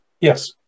Yes